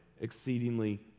exceedingly